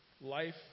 life